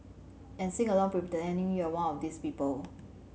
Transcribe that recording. and sing along pretending you're one of these people